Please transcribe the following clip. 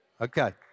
Okay